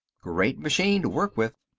great machine to work with.